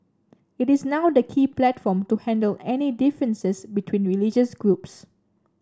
it is now the key platform to handle any differences between religious groups